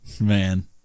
man